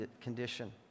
condition